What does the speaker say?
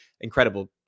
incredible